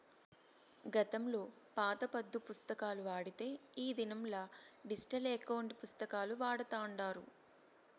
గతంలో పాత పద్దు పుస్తకాలు వాడితే ఈ దినంలా డిజిటల్ ఎకౌంటు పుస్తకాలు వాడతాండారు